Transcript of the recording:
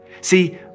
See